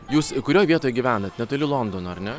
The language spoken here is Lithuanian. jūs kurio vietoj gyvenat netoli londono ar ne